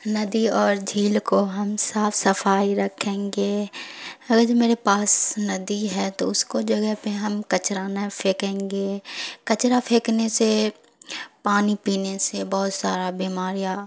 ندی اور جھیل کو ہم صاف صفائی رکھیں گے اگر جو میرے پاس ندی ہے تو اس کو جگہ پہ ہم کچرا نہ پھیکیں گے کچرا پھینکنے سے پانی پینے سے بہت سارا بیماریا